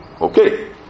Okay